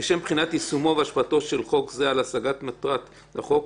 "לשם בחינת יישומו והשפעתו של חוק זה על השגת מטרת החוק